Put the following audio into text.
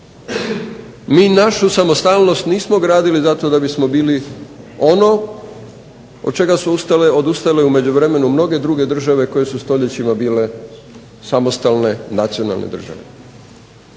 Mi našu samostalnost nismo gradili zato da bismo bili ono od čega su odustale u međuvremenu mnoge druge države koje su stoljećima bile samostalne nacionalne države.